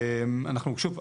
שוב,